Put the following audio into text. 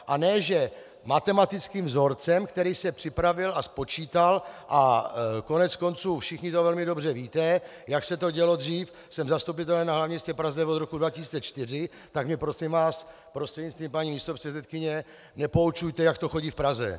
A ne že matematickým vzorcem, který se připravil a spočítal, a koneckonců všichni to velmi dobře víte, jak se to dělo dřív, jsem zastupitelem na hlavním městě Praze od roku 2004, tak mě prosím vás, prostřednictvím paní místopředsedkyně, nepoučujte, jak to chodí v Praze.